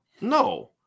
No